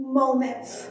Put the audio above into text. moments